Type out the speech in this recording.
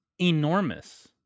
enormous